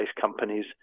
companies